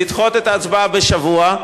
לדחות את ההצבעה בשבוע.